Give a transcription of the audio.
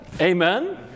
Amen